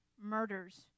murders